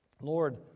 Lord